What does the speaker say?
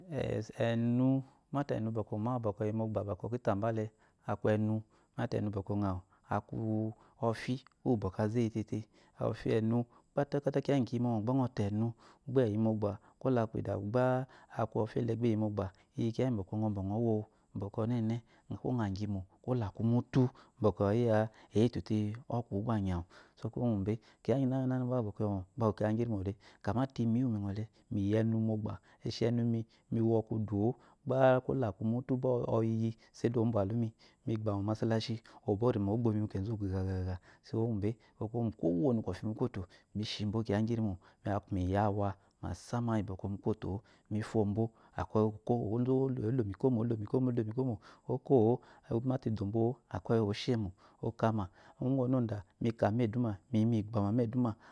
E-ɛnu mata ɛnu bomawu beyi mota ta kitamba le aku ɛnu mata ɛnu ba əawu aku ɔfi uwu bɔkɔ azɛ eyitetɛ ɔfi enu kpakpa kiya ngyi bɔkɔ riyi mɔmɔ gba əɔ ta ɛnu gba eyi mogba kwo laku idagu gba eyi mogba aba aku ɔfi ele gba eyi mogba iyi kiya ngayi bɔkɔ ugu bɔ əwo bokɔ ɔnɛnɛ kwo əa gyimo kno laku mutu bɔkɔ eyi ya eyitu te ɔkwu wu gba ayawu sɔkuwo gu be kiya ngiagina ma bɔkɔ ri yɔmɔ aba aku kiya ngi irimo le, kamate ini uwuu mi əɔle mi yi enu mogba shi enu mi wɔku o-o kwo laku mutu gba ɔyi uyi saide obyalumi mi gba mo masalashioborima ogbomi mu kezugu gaga ɔskuwo ngube sɔkuwo kwo wode kwɔfi mu kwoto mi shibo kiya ngarimo aku mi yi awa masa iyi bɔkɔ mu kwoto-omi fobo, ozozu olomikomo olemi komo oko-o omate idobo-o akwai oseyimo okma nga onoda mika meduma miyi mibama meduma.